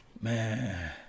man